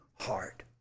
heart